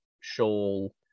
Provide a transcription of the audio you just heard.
shawl